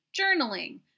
journaling